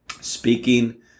speaking